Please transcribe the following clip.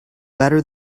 better